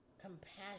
compassion